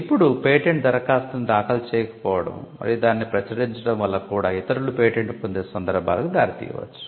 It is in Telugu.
ఇప్పుడు పేటెంట్ దరఖాస్తును దాఖలు చేయకపోవడం మరియు దానిని ప్రచురించడం వల్ల కూడా ఇతరులు పేటెంట్ పొందే సందర్భాలకు దారితీయవచ్చు